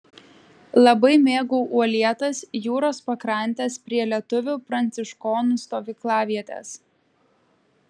labai mėgau uolėtas jūros pakrantes prie lietuvių pranciškonų stovyklavietės